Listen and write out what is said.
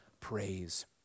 praise